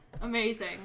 Amazing